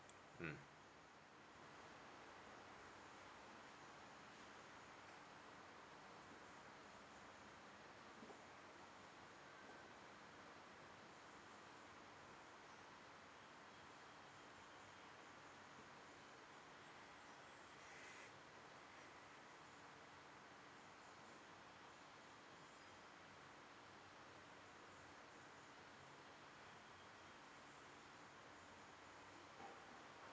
mm